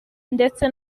ndetse